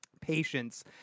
patience